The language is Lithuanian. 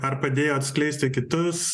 ar padėjo atskleisti kitus